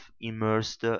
immersed